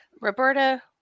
Roberta